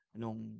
nung